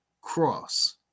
cross